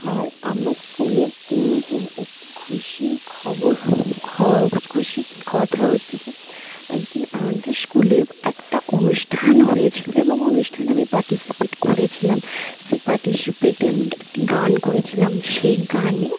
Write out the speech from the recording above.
আর আমার স্কুলের দিনে একটি খুশির খবর খো খুশির কথা হচ্ছে যে একদিন আমাদের স্কুলে একটা অনুষ্ঠান হয়েছিলো এবং অনুষ্ঠানে আমি পার্টিসিপেট করেছিলাম সেই পার্টিসিপেটে আমি একটি গান করেছিলাম সেই গানে